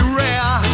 rare